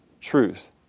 truth